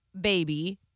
baby